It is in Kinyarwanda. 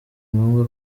ngombwa